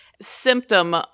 symptom